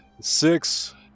six